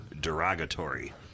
derogatory